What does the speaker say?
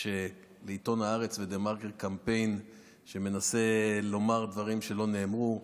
יש לעיתון הארץ ולדה-מרקר קמפיין שמנסה לומר דברים שלא נאמרו.